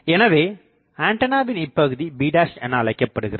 எனவே ஆண்டனாவின் இப்பகுதி b என அழைக்கப்படுகிறது